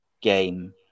game